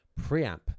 preamp